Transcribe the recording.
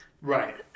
Right